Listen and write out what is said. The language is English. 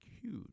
huge